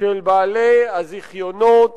של בעלי הזיכיונות